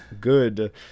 good